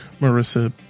Marissa